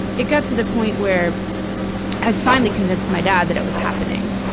it got to the point where i finally convinced my dad that it was happening.